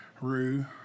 Rue